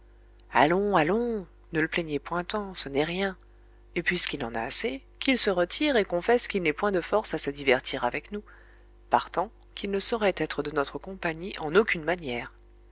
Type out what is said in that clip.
allons allons ne le plaignez point tant ce n'est rien et puisqu'il en a assez qu'il se retire et confesse qu'il n'est point de force à se divertir avec nous partant qu'il ne saurait être de notre compagnie en aucune manière